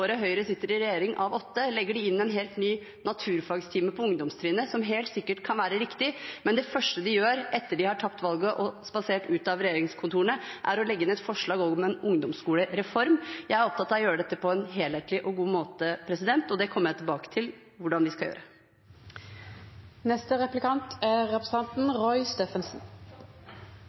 sitter i regjering, legger inn en helt ny naturfagtime på ungdomstrinnet, noe som helt sikkert kan være riktig, men det første de gjør etter at de har tapt valget og spasert ut av regjeringskontorene, er å legge inn et forslag også om en ungdomsskolereform. Jeg er opptatt av å gjøre dette på en helhetlig og god måte, og det kommer jeg tilbake til hvordan vi skal gjøre.